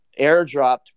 airdropped